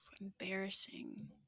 Embarrassing